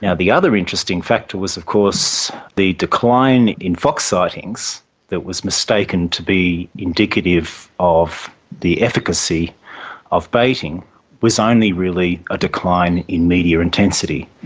yeah the other interesting factor was of course the decline in fox sightings that was mistaken to be indicative of the efficacy of baiting was only really a decline in media intensity.